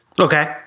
Okay